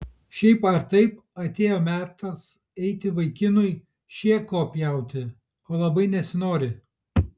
šiaip ar taip atėjo metas eiti vaikinui šėko pjauti o labai nesinori